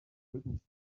couldn’t